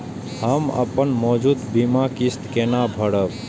हम अपन मौजूद बीमा किस्त केना भरब?